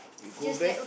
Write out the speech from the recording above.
you go back